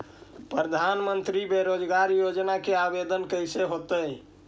प्रधानमंत्री बेरोजगार योजना के आवेदन कैसे होतै?